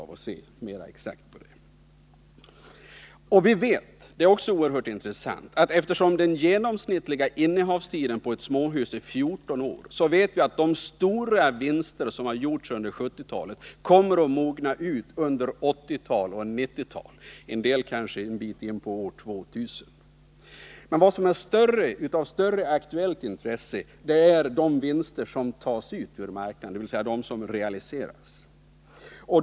Vi vet — och det är också oerhört intressant — att eftersom den genomsnittliga innehavstiden på ett småhus är 14 år så kommer de stora vinsterna som har gjorts under 1970-talet att mogna ut under 1980 och 1990-talen, och en del kanske en bit in på år 2000. Men vad som är av större aktuellt intresse är de vinster som tas ut ur marknaden, dvs. de som realiseras.